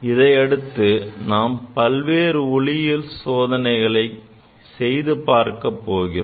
இதை அடுத்து நாம் பல்வேறு ஒளியியல் சோதனைகளை செய்து பார்க்க போகிறோம்